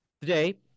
Today